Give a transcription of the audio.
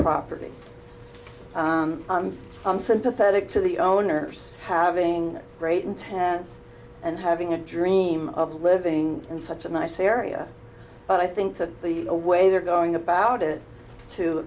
property i'm sympathetic to the owners having great intents and having a dream of living in such a nice area but i think that the way they're going about it to